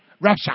Russia